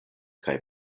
kaj